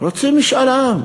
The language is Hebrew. רוצים משאל עם.